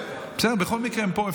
בסדר, בכל מקרה הם פה.